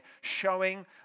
showing